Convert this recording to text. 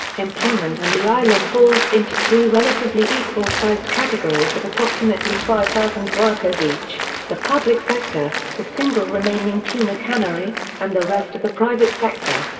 employment on the island falls into three relatively equal-sized categories of approximately five thousand workers each the public sector, the single remaining tuna cannery, and the rest of the private sector.